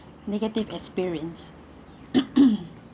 negative experience